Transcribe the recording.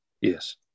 Yes